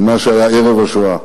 ממה שהיה ערב השואה.